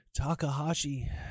Takahashi